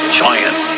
giant